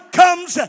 comes